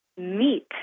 meet